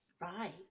right